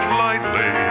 lightly